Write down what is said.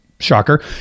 Shocker